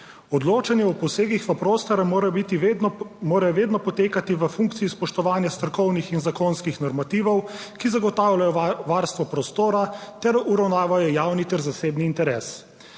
Odločanje o posegih v prostor morajo vedno potekati v funkciji spoštovanja strokovnih in zakonskih normativov, ki zagotavljajo varstvo prostora ter uravnavajo javni ter zasebni interes.